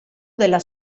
della